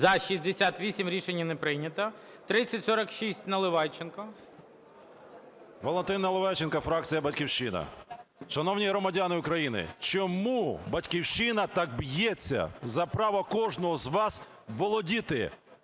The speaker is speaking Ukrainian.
За-68 Рішення не прийнято. 3046, Наливайченко. 16:57:41 НАЛИВАЙЧЕНКО В.О. Валентин Наливайченко, фракція "Батьківщина". Шановні громадяни України, чому "Батьківщина" так б'ється за право кожного з вас володіти